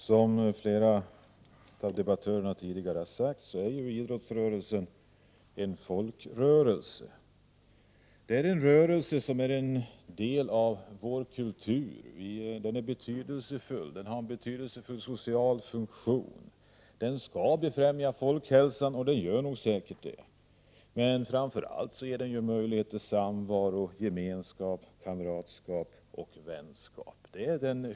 Fru talman! Idrottsrörelsen är, som flera av dagens debattörer tidigare sagt, en folkrörelse. Det är en rörelse som är en del av vår kultur, och den har en betydelsefull social funktion. Den skall befrämja folkhälsan, vilket den säkert gör, men den ger framför allt möjlighet till samvaro, gemenskap, kamratskap och vänskap.